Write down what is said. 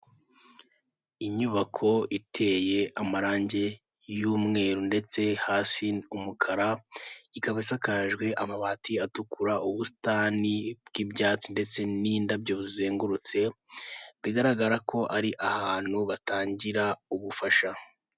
Inyubako iteye amarangi y'umweru ndetse hasi umukara, ikabasakajwe amabati atukura, ubusitani bw'ibyatsi ndetse n'indabyo zizengurutse, bigaragara ko ari ahantu batangira ubufasha.